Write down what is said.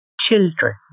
children